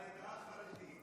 העדה החרדית,